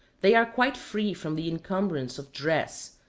they are quite free from the encumbrance of dress,